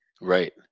Right